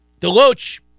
Deloach